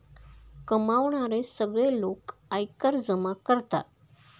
कमावणारे सगळे लोक आयकर जमा करतात